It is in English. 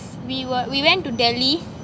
we were we went to delhi